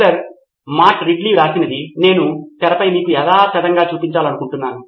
professor Matt Ridley వ్రాసినది నేను తెరపై మీకు యధాతధంగా చూపించాలనుకుంటున్నాను